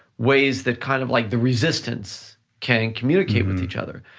ways that kind of like the resistance can communicate with each other,